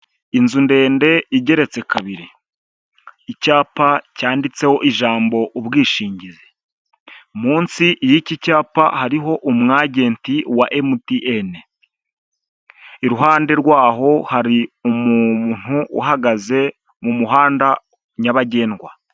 Inzu ndende igeretse kabiri, icyapa cyanditseho ijambo ubwishingizi, munsi y'iki cyapa hariho umwajenti wa MTN, iruhande rwaho hari umuntu uhagaze mu muhanda nyabagendwa.